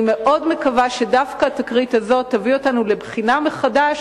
אני מאוד מקווה שדווקא התקרית הזאת תביא אותנו לבחינה מחדש